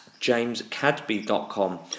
jamescadby.com